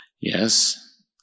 yes